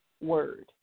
word